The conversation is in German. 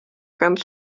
ganz